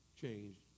changed